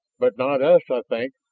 but not us, i think.